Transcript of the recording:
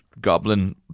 goblin